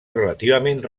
relativament